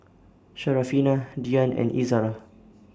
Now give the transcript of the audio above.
Syarafina Dian and Izara